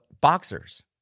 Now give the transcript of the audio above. boxers